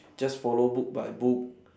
just follow book by book